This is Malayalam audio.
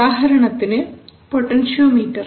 ഉദാഹരണത്തിന് പൊട്ടൻഷ്യോമീറ്റർ